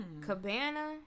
Cabana